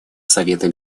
совета